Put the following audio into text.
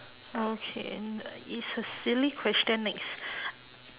okay it's a silly question next